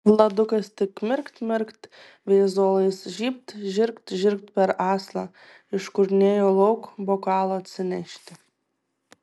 vladukas tik mirkt mirkt veizolais žybt žirgt žirgt per aslą iškurnėjo lauk bokalo atsinešti